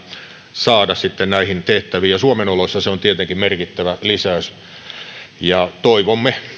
saada sitten näihin tehtäviin suomen oloissa se on tietenkin merkittävä lisäys toivomme